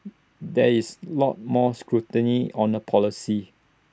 there is lot more scrutiny on the policy